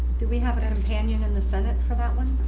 do we have a companion in the senate for that one?